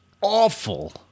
awful